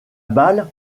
balle